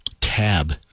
Tab